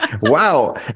Wow